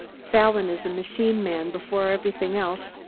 fallon is a machine man before everything else,